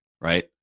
right